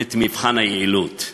את מבחן היעילות.